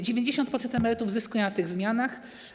90% emerytów zyska na tych zmianach.